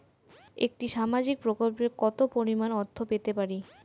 একটি সামাজিক প্রকল্পে কতো পরিমাণ অর্থ পেতে পারি?